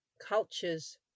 cultures